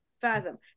fathom